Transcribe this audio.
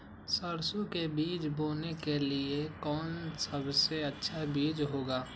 सरसो के बीज बोने के लिए कौन सबसे अच्छा बीज होगा?